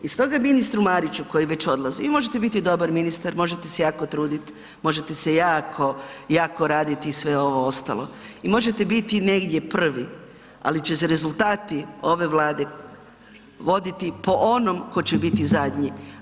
I stoga ministru Mariću koji već odlazi, i možete biti dobar ministar, možete se jako trudit, možete se jako, jako raditi sve ovo ostalo i možete biti negdje prvi, ali će se rezultati ove Vlade voditi po onome ko će biti zadnji.